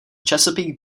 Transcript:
chesapeake